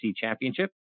Championship